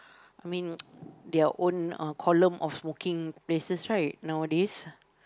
I mean their own uh column of smoking places right nowadays